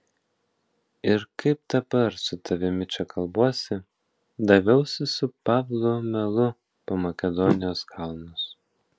ir kaip dabar su tavimi čia kalbuosi daviausi su pavlu melu po makedonijos kalnus